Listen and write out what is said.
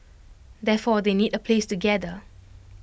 therefore they need A place to gather